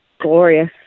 glorious